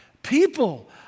People